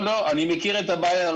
אני מכיר את הבעיה.